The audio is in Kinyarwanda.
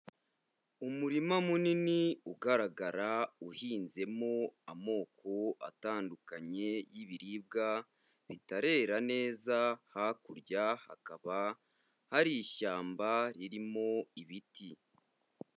Umurima munini ugaragara uhinzemo amoko atandukanye y'ibiribwa bitarera neza, hakurya hakaba hari ishyamba ririmo ibiti